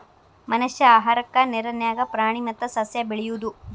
ಮನಷ್ಯಾ ಆಹಾರಕ್ಕಾ ನೇರ ನ್ಯಾಗ ಪ್ರಾಣಿ ಮತ್ತ ಸಸ್ಯಾ ಬೆಳಿಯುದು